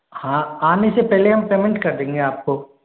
हाँ आने से पहले हम पेमेंट कर देंगे आपको